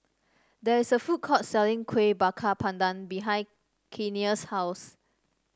there is a food court selling Kuih Bakar Pandan behind Kenia's house